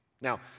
Now